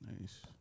Nice